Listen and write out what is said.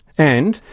and,